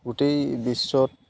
গোটেই বিশ্বত